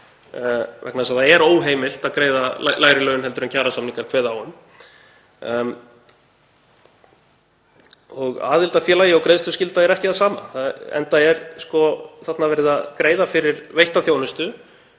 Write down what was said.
vegna þess að það er óheimilt að greiða lægri laun en kjarasamningar kveða á um. Aðild að félagi og greiðsluskylda eru ekki það sama, enda er þarna verið að greiða fyrir veitta þjónustu